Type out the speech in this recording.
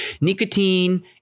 Nicotine